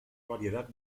variedad